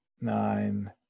nine